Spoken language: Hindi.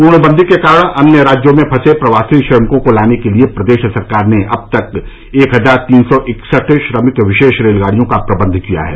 पूर्णबन्दी के कारण अन्य राज्यों में फंसे प्रवासी श्रमिकों को लाने के लिए प्रदेश सरकार ने अब तक एक हजार तीन सौ इकसठ श्रमिक विशेष रेलगाड़ियों का प्रबन्ध किया है